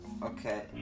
Okay